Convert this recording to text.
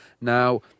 Now